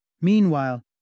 Meanwhile